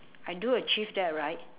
I do achieve that right